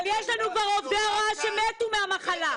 אבל יש לנו כבר עובדי הוראה שמתו מהמחלה.